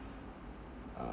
uh